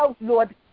Lord